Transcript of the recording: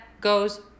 goes